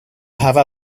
have